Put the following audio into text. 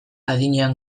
adinean